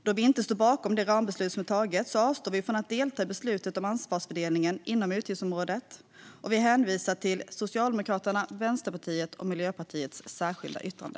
Då vi inte står bakom det rambeslut som har tagits avstår vi från att delta i beslutet om anslagsfördelningen inom utgiftsområdet och hänvisar till Socialdemokraternas, Vänsterpartiets och Miljöpartiets särskilda yttrande.